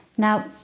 Now